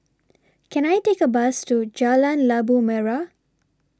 Can I Take A Bus to Jalan Labu Merah